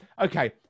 okay